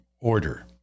Order